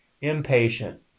impatient